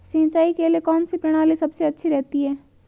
सिंचाई के लिए कौनसी प्रणाली सबसे अच्छी रहती है?